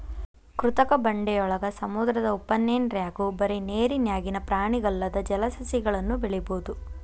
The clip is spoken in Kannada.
ಕೃತಕ ಬಂಡೆಯೊಳಗ, ಸಮುದ್ರದ ಉಪ್ಪನೇರ್ನ್ಯಾಗು ಬರಿ ನೇರಿನ್ಯಾಗಿನ ಪ್ರಾಣಿಗಲ್ಲದ ಜಲಸಸಿಗಳನ್ನು ಬೆಳಿಬೊದು